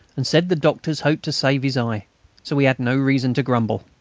and said the doctors hoped to save his eye so we had no reason to grumble.